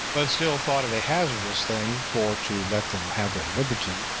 but still thought it a hazardous thing for to let them have their liberty,